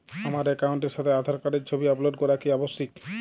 আমার অ্যাকাউন্টের সাথে আধার কার্ডের ছবি আপলোড করা কি আবশ্যিক?